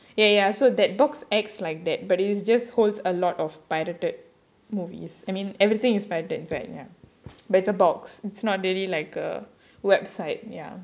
ya ya so that box acts like that but it is just holds a lot of pirated movies I mean everything is pirated inside ya but it's a box it's not really like a website ya